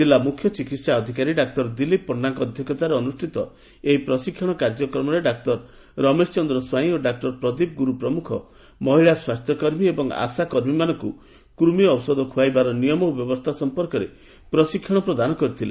ଜିଲ୍ଲା ମୁଖ୍ୟ ଚିକିହା ଅଧିକାରୀ ଡାକ୍ତର ଦିଲ୍ଲୀପ ପଣ୍ଢାଙ୍କ ଅଧ୍ଧକ୍ଷତାରେ ଅନୁଷିତ ଏହି ପ୍ରଶିକ୍ଷଣ କାର୍ଯ୍ୟକ୍ରମରେ ଡାକ୍ତର ରମେଶ ଚନ୍ର ସ୍ୱାଇଁ ଓ ଡାକ୍ତର ପ୍ରଦୀପ ଗୁରୁ ପ୍ରମୁଖ ମହିଳା ସ୍ୱାସ୍ଥ୍ୟକର୍ମୀ ଏବଂ ଆଶାକର୍ମୀମାନଙ୍କୁ କୃମି ଔଷଧ ଖୁଆଇବାର ନିୟମ ଓ ବ୍ୟବସ୍ରା ସଂପର୍କରେ ପ୍ରଶିକ୍ଷଣ ପ୍ରଦାନ କରିଥିଲେ